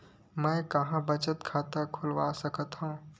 मेंहा कहां बचत खाता खोल सकथव?